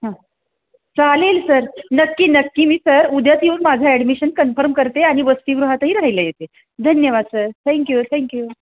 हां चालेल सर नक्की नक्की मी सर उद्याच येऊन माझं ॲडमिशन कन्फर्म करते आणि वसतिगृहातही राहायला येते धन्यवाद सर थँक्यू थँक्यू